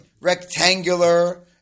rectangular